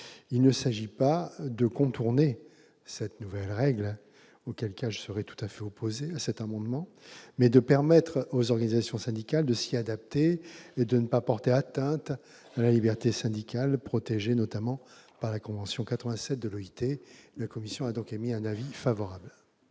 Il ne s'agit pas de contourner cette nouvelle règle, auquel cas je serais tout à fait opposé à cet amendement, mais de permettre aux organisations syndicales de s'y adapter et de ne pas porter atteinte à la liberté syndicale, protégée notamment par la convention n° 87 de l'OIT. La commission a donc émis un avis favorable